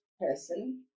person